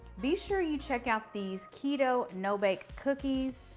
be sure you check out these keto no-bake cookies.